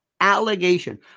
allegation